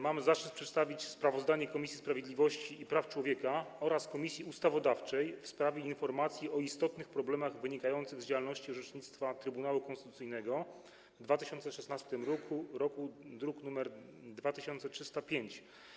Mam zaszczyt przedstawić sprawozdanie Komisji Sprawiedliwości i Praw Człowieka oraz Komisji Ustawodawczej w sprawie informacji o istotnych problemach wynikających z działalności i orzecznictwa Trybunału Konstytucyjnego w 2016 r., druk nr 2305.